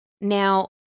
Now-